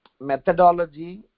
methodology